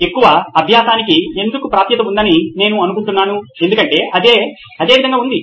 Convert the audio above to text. ఎక్కువ అభ్యాసానికి ఎందుకు ప్రాప్యత ఉందని నేను అనుకుంటున్నాను ఎందుకంటే అది అదే విధంగా ఉంది